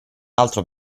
altro